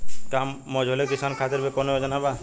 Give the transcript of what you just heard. का मझोले किसान खातिर भी कौनो योजना बा?